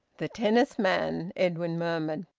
the tennis man! edwin murmured.